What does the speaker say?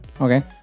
okay